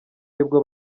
aribwo